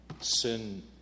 Sin